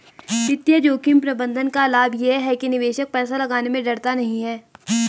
वित्तीय जोखिम प्रबंधन का लाभ ये है कि निवेशक पैसा लगाने में डरता नहीं है